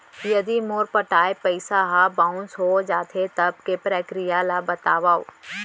यदि मोर पटाय पइसा ह बाउंस हो जाथे, तब के प्रक्रिया ला बतावव